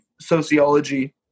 sociology